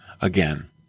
again